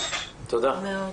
תודה.